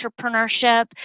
entrepreneurship